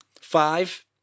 Five